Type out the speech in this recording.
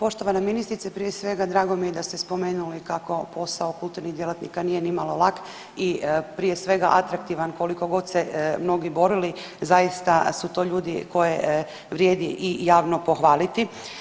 Poštovana ministrice, prije svega drago mi je da ste spomenuli kako posao kulturnih djelatnika nije nimalo lak i prije svega atraktivan koliko god se mnogi borili zaista su to ljudi koje vrijedi i javno pohvaliti.